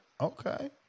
Okay